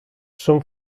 són